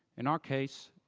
in our case,